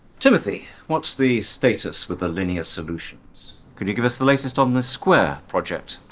timothy, what's the status with the linear solutions? could you give us the latest on the square project?